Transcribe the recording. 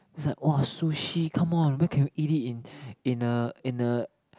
is like !wah! sushi come on where can you eat it in in a in a